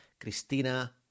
Cristina